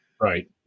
Right